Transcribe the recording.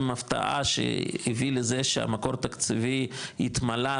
הפתעה שהביא לזה שהמקור תקציבי התמלא,